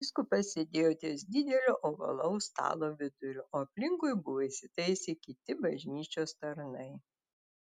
vyskupas sėdėjo ties didelio ovalaus stalo viduriu o aplinkui buvo įsitaisę kiti bažnyčios tarnai